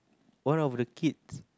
one of the kids